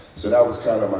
so that was kind of